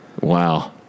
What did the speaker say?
Wow